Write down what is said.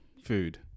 Food